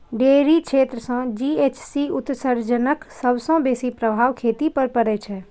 dairy क्षेत्र सं GHC उत्सर्जनक सबसं बेसी प्रभाव खेती पर पड़ै छै